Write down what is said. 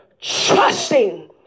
trusting